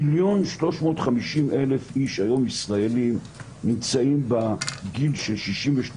מיליון ו-350 אלף ישראלים היום נמצאים בגיל 62 לאישה,